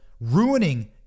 ruining